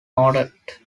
noted